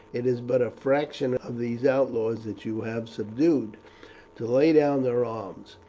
it is but a fraction of these outlaws that you have subdued to lay down their arms.